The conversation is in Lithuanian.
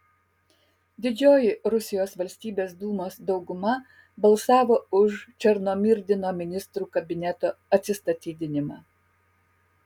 didžioji rusijos valstybės dūmos dauguma balsavo už černomyrdino ministrų kabineto atsistatydinimą